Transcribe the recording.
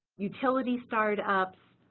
utility start ups,